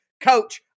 Coach